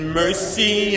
mercy